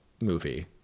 movie